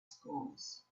scores